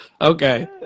Okay